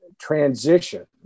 transition